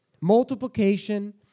Multiplication